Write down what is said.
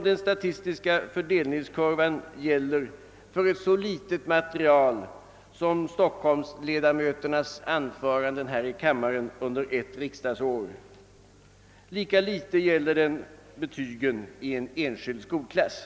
Den statistiska fördelningskurvan gäller lika litet för ett så begränsat material som stockholmsledamöternas anföranden här i kammaren under ett riksdagsår som för betygen i en enskild skolklass.